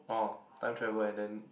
orh time travel and then